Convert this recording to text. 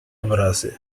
obrazy